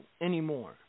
anymore